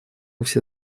все